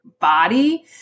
body